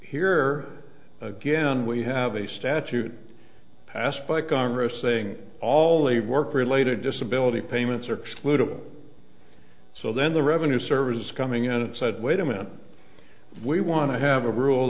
here again we have a statute passed by congress saying all the work related disability payments are excluded so then the revenue service coming in and said wait a minute we want to have a rule